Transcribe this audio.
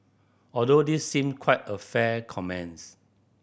although this seem quite a fair comments